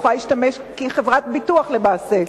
כי היא חברת ביטוח למעשה.